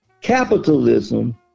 Capitalism